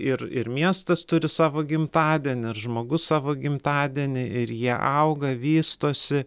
ir ir miestas turi savo gimtadienį žmogus savo gimtadienį ir jie auga vystosi